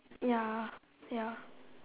ya ya